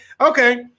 okay